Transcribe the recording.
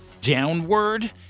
downward